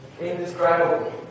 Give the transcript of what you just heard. indescribable